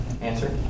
Answer